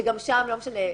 שגם שם לא משנה,